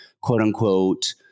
quote-unquote